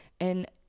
And-